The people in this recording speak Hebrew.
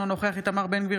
אינו נוכח איתמר בן גביר,